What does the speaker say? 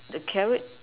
the carrot